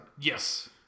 yes